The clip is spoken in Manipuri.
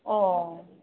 ꯑꯣ